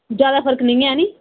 ज्यादा फर्क निं ऐ हैन्नी